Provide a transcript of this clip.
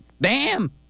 bam